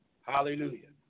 Hallelujah